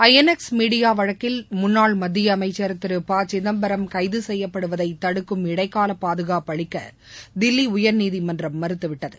ஐ N X media வழக்கில் முன்னாள் மத்திய அமைச்சர் திரு ப சிதம்பரம் கைது செய்யப்படுவதை தடுக்க இடைக்கால பாதுகாப்பு அளிக்க தில்லி உயர்நீதிமன்றம் மறுத்துவிட்டது